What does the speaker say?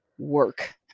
work